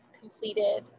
completed